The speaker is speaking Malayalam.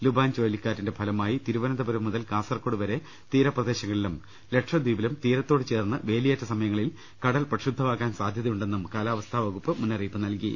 ലുബാൻ ചുഴലിക്കാറ്റിന്റെ ഫലമായി തിരുവനന്തപുരം മുതൽ കാസർകോട് വരെ തീരപ്രദേശങ്ങളിലും ലക്ഷദ്വീപിലും തീരത്തോടുചേർന്ന് വേലിയേറ്റ സമയങ്ങളിൽ കടൽ പ്രക്ഷുബ്ധമാകാൻ സാധൃതയുണ്ടെന്നും കാലാവസ്ഥാവകുപ്പ് മുന്നറിയിപ്പ് നൽകി